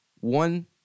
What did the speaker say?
one